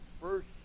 first